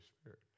Spirit